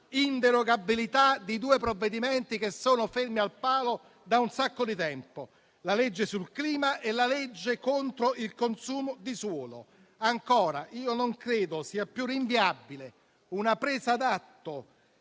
inderogabilità di due provvedimenti che sono fermi al palo da un sacco di tempo: la legge sul clima e la legge contro il consumo di suolo. Inoltre, non credo sia più rinviabile una presa d'atto